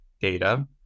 data